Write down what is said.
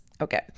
Okay